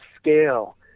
scale